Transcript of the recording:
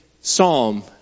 psalm